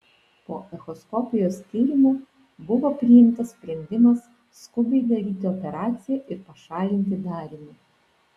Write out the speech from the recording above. po echoskopijos tyrimo buvo priimtas sprendimas skubiai daryti operaciją ir pašalinti darinį